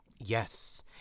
Yes